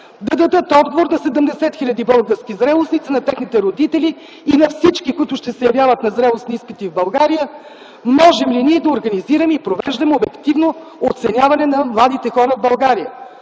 да дадат отговор на 70 хил. български зрелостници, на техните родители и на всички, които ще се явяват на зрелостни изпити в България: можем ли ние да организираме и да провеждаме обективно оценяване на младите хора в България,